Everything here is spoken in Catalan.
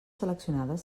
seleccionades